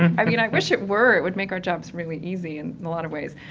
i mean i wish it were, it would make our jobs really easy in a lot of ways,